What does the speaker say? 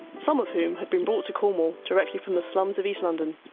some of whom had been brought to cornwall directly from the slums of east london.